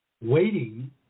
waiting